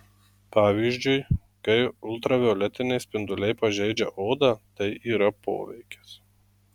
pavyzdžiui kai ultravioletiniai spinduliai pažeidžia odą tai yra poveikis